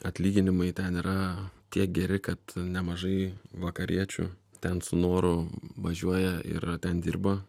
atlyginimai ten yra tiek geri kad nemažai vakariečių ten su noru važiuoja ir ten dirba